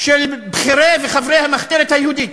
של בכירי וחברי המחתרת היהודית,